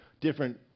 different